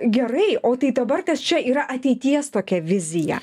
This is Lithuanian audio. gerai o tai dabartės čia yra ateities tokia vizija